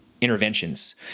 interventions